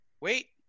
Wait